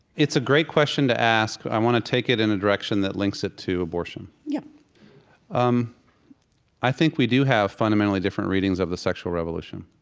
it's a great question to ask. i want to take it in a direction that links it to abortion yeah um i think we do have fundamentally different readings of the sexual revolution.